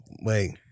Wait